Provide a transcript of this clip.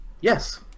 Yes